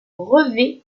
brevet